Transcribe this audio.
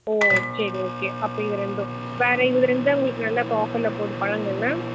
ஓ சரி ஓகே அப்போ இது ரெண்டும் வேற இந்த ரெண்டுந்தான் உங்களுக்கு நல்ல இப்போ ஆஃபரில் போது பழங்களில்